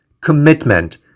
commitment